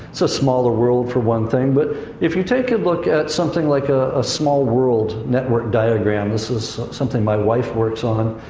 so smaller world, for one thing, but if you take a look at something like ah a small world network diagram. this is something my wife works on,